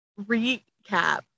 recap